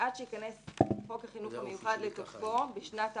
שעד שייכנס חוק החינוך המיוחד לתוקפו בשנת תשפ"א,